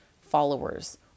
followers